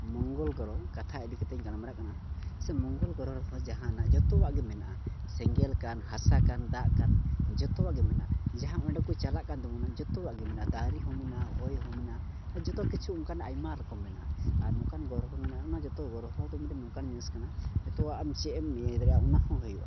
ᱢᱚᱝᱜᱚᱞ ᱜᱨᱚᱦᱚ ᱠᱟᱛᱷᱟ ᱤᱫᱤ ᱠᱟᱛᱮᱫ ᱤᱧ ᱜᱟᱞᱢᱟᱨᱟᱜ ᱠᱟᱱᱟ ᱥᱮ ᱢᱚᱝᱜᱚᱞ ᱜᱨᱚᱦᱚ ᱨᱮ ᱦᱚᱸ ᱡᱟᱦᱟᱱᱟᱜ ᱡᱚᱛᱚᱣᱟᱜ ᱜᱮ ᱢᱮᱱᱟᱜᱼᱟ ᱥᱮᱸᱜᱮᱞ ᱠᱟᱱ ᱦᱟᱥᱟ ᱠᱟᱱ ᱫᱟᱜ ᱠᱟᱱ ᱡᱚᱛᱚᱣᱟᱜ ᱜᱮ ᱢᱮᱱᱟᱜᱼᱟ ᱡᱟᱦᱟᱸ ᱚᱸᱰᱮ ᱠᱚ ᱪᱟᱞᱟᱜ ᱠᱟᱱ ᱛᱟᱵᱚᱱᱟ ᱡᱚᱛᱚᱣᱟᱜ ᱜᱮ ᱢᱮᱱᱟᱜᱼᱟ ᱫᱟᱨᱮ ᱦᱚᱸ ᱢᱮᱱᱟᱜᱼᱟ ᱦᱚᱭ ᱦᱚᱸ ᱢᱮᱱᱟᱜᱼᱟ ᱟᱨ ᱡᱚᱛᱚ ᱠᱤᱪᱷᱩ ᱚᱱᱠᱟᱱᱟᱜ ᱟᱭᱢᱟ ᱨᱚᱠᱚᱢ ᱢᱮᱱᱟᱜᱼᱟ ᱟᱨ ᱱᱚᱝᱠᱟ ᱜᱨᱚᱦᱚ ᱢᱮᱱᱟᱜᱼᱟ ᱚᱱᱟ ᱜᱨᱦᱚ ᱫᱚ ᱢᱤᱫᱴᱮᱱ ᱱᱚᱝᱠᱟᱱ ᱡᱤᱱᱤᱥ ᱠᱟᱱᱟ ᱡᱚᱛᱚᱣᱟᱜ ᱟᱢ ᱪᱮᱫ ᱮᱢ ᱤᱭᱟ ᱹ ᱫᱟᱲᱮᱭᱟᱜᱼᱟ ᱚᱱᱟ ᱦᱚᱸ ᱦᱩᱭᱩᱜᱼᱟ